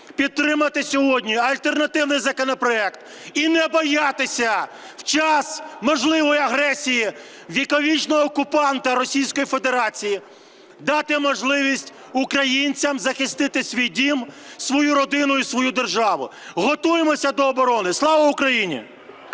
підтримати сьогодні альтернативний законопроект і не боятися в час можливої агресії віковічного окупанта - Російської Федерації дати можливість українцям захистити свій дім, свою родину і свою державу. Готуймося до оборони! Слава Україні!